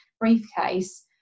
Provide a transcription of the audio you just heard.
briefcase